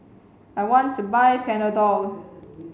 I want to buy Panadol